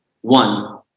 One